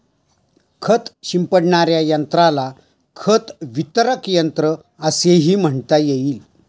खत शिंपडणाऱ्या यंत्राला खत वितरक यंत्र असेही म्हणता येईल